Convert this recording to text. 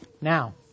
now